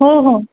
हो हो